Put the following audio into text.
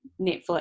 Netflix